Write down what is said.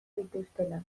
dituztela